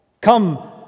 Come